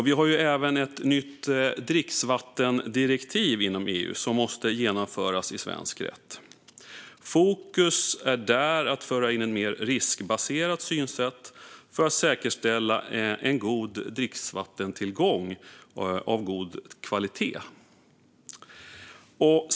Vi har även ett nytt dricksvattendirektiv inom EU som måste genomföras i svensk rätt. Fokus är där att föra in ett mer riskbaserat synsätt för att säkerställa en god tillgång till dricksvatten av god kvalitet.